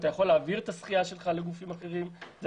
אתה יכול להעביר את הזכייה שלך לגופים אחרים אלה